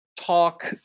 talk